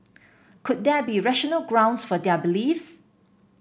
could there be rational grounds for their beliefs